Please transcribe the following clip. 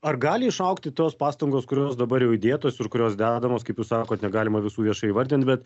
ar gali išaugti tos pastangos kurios dabar jau įdėtos ir kurios dedamos kaip jūs sakot negalima visų viešai įvardint bet